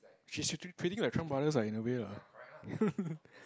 she's u~ pretty good at Chan-brothers lah in a way lah